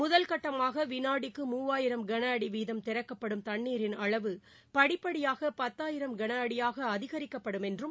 முதல்கட்டமாக வினாடிக்கு மூவாயிரம் கன அடி வீதம் திறக்கப்படும் தண்ணீரின் அளவு படிப்படியாக பத்தாயிரம் கன அடியாக அதிகரிக்கப்படும் என்றும்